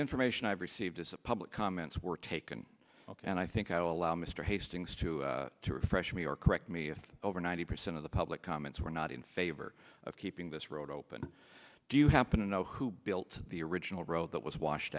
information i've received is a public comments were taken and i think i will allow mr hastings to to refresh me or correct me if over ninety percent of the public comments were not in favor of keeping this road open do you happen to know who built the original road that was w